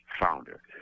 founder